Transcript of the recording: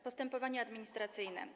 Postępowanie administracyjne.